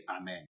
Amen